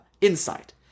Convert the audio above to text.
insight